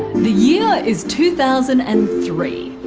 the year is two thousand and three.